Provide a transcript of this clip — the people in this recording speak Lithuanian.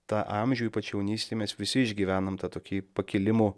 tą amžių ypač jaunystėj mes visi išgyvenam tą tokį pakilimų